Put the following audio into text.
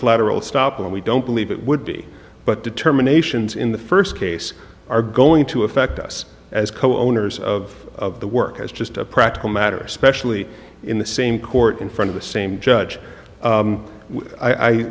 collateral stop and we don't believe it would be but determinations in the first case are going to affect us as co owners of the work as just a practical matter especially in the same court in front of the same judge